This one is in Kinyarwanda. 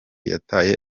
yataye